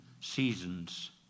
seasons